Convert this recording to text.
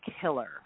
killer